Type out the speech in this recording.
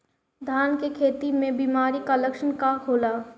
धान के खेती में बिमारी का लक्षण का होला?